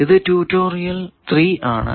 ഇത് ട്യൂട്ടോറിയൽ 3 ആണ്